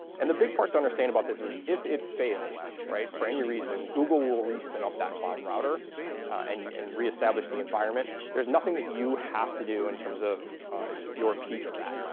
and the big part to understand about this is if it fails for any reason, google will re-spin up that cloud router and and re-establish the environment. there is nothing that you have to do in terms of your piece of that.